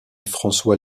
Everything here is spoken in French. françois